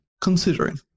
Considering